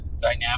dynamic